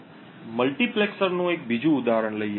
ચાલો મલ્ટિપ્લેક્સરનું બીજું ઉદાહરણ લઈએ